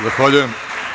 Zahvaljujem.